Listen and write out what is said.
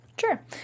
Sure